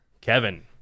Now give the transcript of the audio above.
Kevin